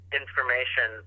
information